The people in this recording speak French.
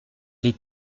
les